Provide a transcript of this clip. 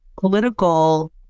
political